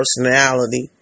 personality